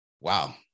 Wow